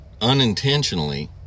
unintentionally